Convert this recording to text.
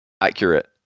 accurate